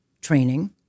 training